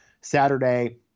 Saturday